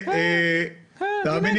אורנה, גם את וגם אני,